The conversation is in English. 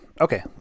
Okay